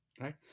Right